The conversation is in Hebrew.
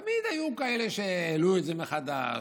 תמיד היו כאלה שהעלו את זה מחדש,